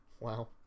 Wow